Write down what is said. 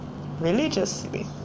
religiously